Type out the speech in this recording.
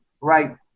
right